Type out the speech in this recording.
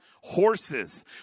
horses